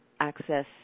access